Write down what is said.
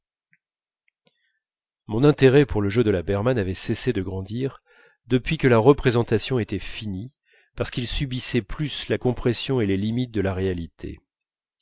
mon intérêt pour le jeu de la berma n'avait cessé de grandir depuis que la représentation était finie parce qu'il ne subissait plus la compression et les limites de la réalité